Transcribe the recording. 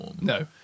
No